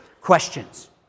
Questions